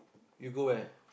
you go where